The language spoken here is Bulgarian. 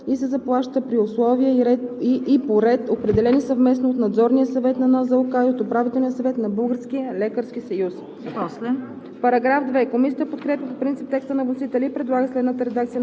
се извършва чрез проверки от контролните органи на НЗОК/РЗОК и се заплаща при условия и по ред, определени съвместно от Надзорния съвет на НЗОК и от Управителния съвет на Българския лекарски съюз.“